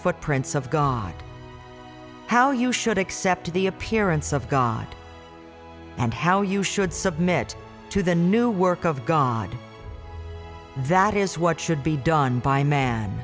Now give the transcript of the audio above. footprints of god how you should accept the appearance of god and how you should submit to the new work of god that is what should be done by man